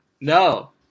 No